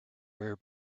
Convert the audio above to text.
were